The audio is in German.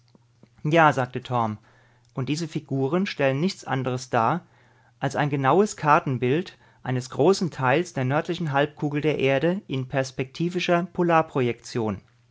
ja sagte torm und diese figuren stellen nichts anderes dar als ein genaues kartenbild eines großen teils der nördlichen halbkugel der erde in perspektivischer